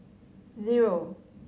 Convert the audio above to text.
zero